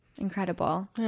Incredible